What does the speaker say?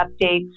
updates